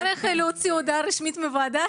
נצטרך להוציא הודעה רשמית מהוועדה?